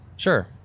Sure